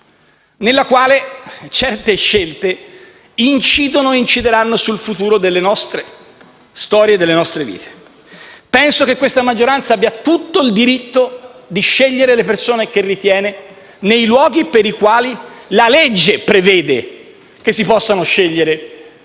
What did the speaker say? nella quale certe scelte incidono e incideranno sul futuro delle nostre storie e delle nostre vite. Penso che questa maggioranza abbia tutto il diritto di scegliere le persone che ritiene nei luoghi per i quali la legge prevede che si possano scegliere